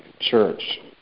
church